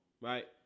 right